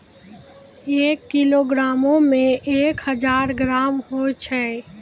एक किलोग्रामो मे एक हजार ग्राम होय छै